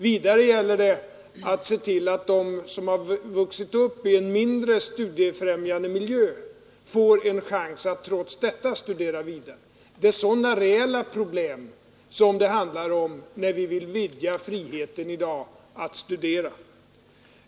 Vidare gäller det att se till att de som har vuxit upp i en mindre studiefrämjande miljö får en chans att trots detta studera vidare. Det är sådana reella problem som det handlar om när vi i dag vill vidga friheten att studera.